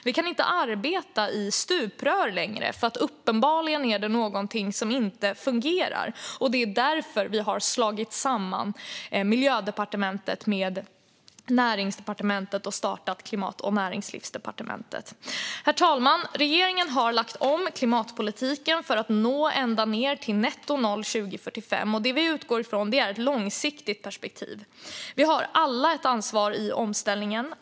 Vi kan inte arbeta i stuprör längre, för det är uppenbarligen något som inte fungerar. Det är därför vi har slagit samman Miljödepartementet med Näringsdepartementet och startat Klimat och näringslivsdepartementet. Herr talman! Regeringen har lagt om klimatpolitiken för att nå ända ned till nettonoll 2045. Vi utgår från ett långsiktigt perspektiv. Vi har alla ett ansvar i omställningen.